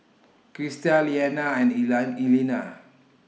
Krysta Leanna and Elena